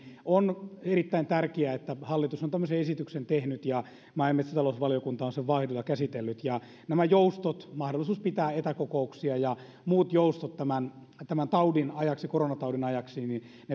on erittäin tärkeää että hallitus on tämmöisen esityksen tehnyt ja maa ja metsätalousvaliokunta on sen vauhdilla käsitellyt nämä joustot mahdollisuus pitää etäkokouksia ja muut joustot tämän tämän taudin koronataudin ajaksi